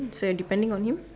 so you're depending on him